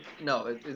No